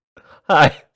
Hi